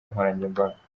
nkoranyambaga